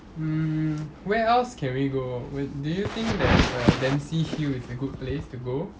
mm where else can we go with do you think that err dempsey hill is a good place to go